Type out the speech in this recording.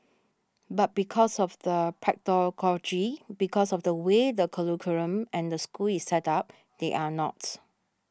but because of the pedagogy because of the way the curriculum and the school is set up they are not